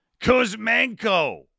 Kuzmenko